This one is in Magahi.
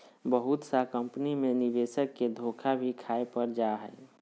बहुत सा कम्पनी मे निवेशक के धोखा भी खाय पड़ जा हय